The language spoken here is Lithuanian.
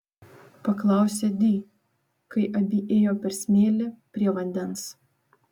paklausė di kai abi ėjo per smėlį prie vandens